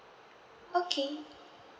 okay